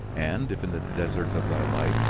and if, in the desert of thy life,